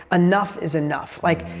enough is enough. like,